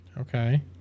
Okay